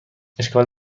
اشکال